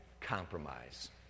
Compromise